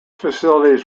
facilities